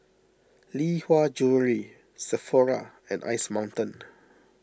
Lee Hwa Jewellery Sephora and Ice Mountain